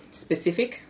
specific